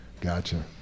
gotcha